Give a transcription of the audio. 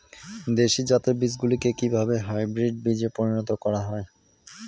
দেশি জাতের বীজগুলিকে কিভাবে হাইব্রিড বীজে পরিণত করা হয়?